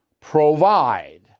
provide